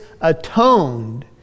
atoned